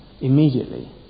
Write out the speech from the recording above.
immediately